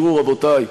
רבותי,